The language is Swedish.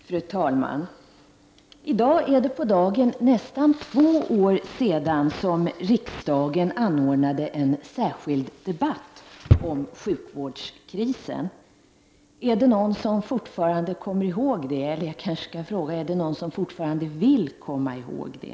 Fru talman! Det är på dagen nästan två år sedan riksdagen anordnade en särskild debatt om sjukvårdskrisen. Är det någon som fortfarande kommer ihåg den — eller är det någon som vill komma ihåg den?